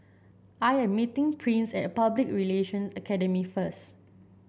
I am meeting Prince at Public Relation Academy first